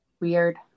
Weird